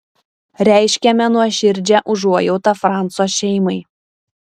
reiškiame nuoširdžią užuojautą franco šeimai